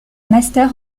master